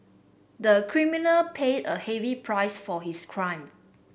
the criminal paid a heavy price for his crime